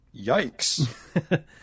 Yikes